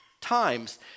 times